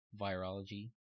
virology